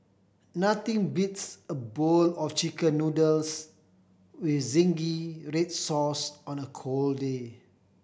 nothing beats a bowl of Chicken Noodles with zingy red sauce on a cold day